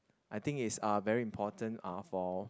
I think is uh very important uh for